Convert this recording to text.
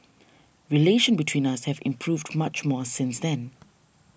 relations between us have improved much more since then